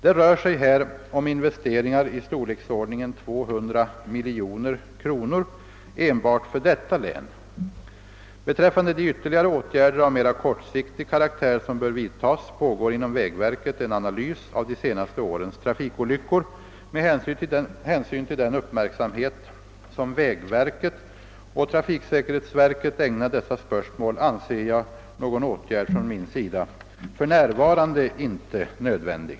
Det rör sig här om investeringar i storleksordningen 200 miljoner kronor enbart för detta län. Beträffande de ytterligare åtgärder av mera kortsiktig karaktär som bör vidtas pågår inom vägverket en analys av de senaste årens trafikolyckor. Med hänsyn till den uppmärksamhet som vägverket och trafiksäkerhetsverket ägnar dessa spörsmål anser jag någon åtgärd från min sida för närvarande inte nödvändig.